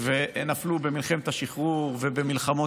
ונפלו במלחמת השחרור ובמלחמות,